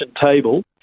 table